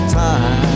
time